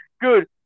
Good